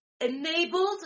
enabled